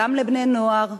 גם לבני-נוער,